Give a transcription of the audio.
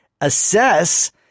assess